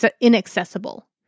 inaccessible